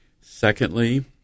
Secondly